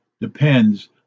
depends